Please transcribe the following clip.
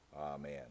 amen